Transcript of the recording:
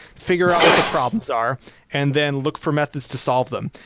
figure out what the problems are and then look for methods to solve them.